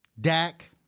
Dak